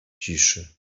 ciszy